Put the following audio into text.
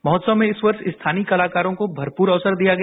महोत्सव में इस वर्ष स्थानीय कलाकारों को भरपूर अवसर दिया गया